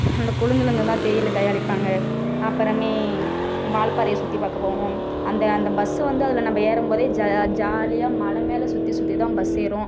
அந்த கொழுந்தில் இருந்து தான் தேயிலை தயாரிப்பாங்க அப்புறமே வால் பாறையை சுற்றி பார்க்க போவோம் அந்த அந்த பஸ்சு வந்து அதில் நம்ம ஏறும் போது ஜா ஜாலியாக மலை மேலே சுற்றி சுற்றி தான் பஸ் ஏறும்